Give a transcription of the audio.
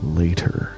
later